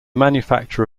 manufacture